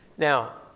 Now